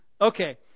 Okay